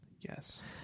Yes